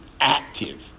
active